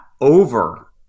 over